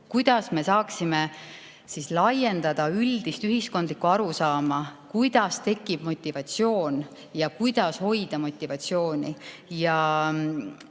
kuidas me saaksime laiendada üldist ühiskondlikku arusaama, kuidas tekib motivatsioon ja kuidas motivatsiooni hoida.